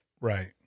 Right